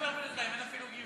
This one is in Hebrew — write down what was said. עולה, אין אפילו גיוס.